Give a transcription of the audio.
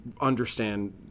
understand